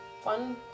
fun